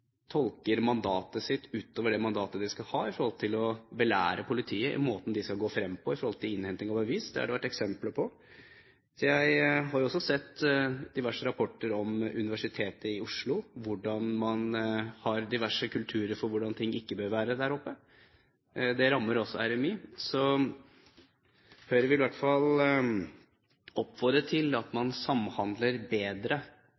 tolker mandatet sitt utover det mandatet de skal ha, med tanke på å belære politiet om hvordan de skal gå frem ved innhenting av bevis. Det har det vært eksempler på. Jeg har også sett diverse rapporter fra Universitetet i Oslo, der man har diverse kulturer for hvordan ting ikke bør være der oppe. Det rammer også RMI, så Høyre vil i hvert fall oppfordre til at man samhandler bedre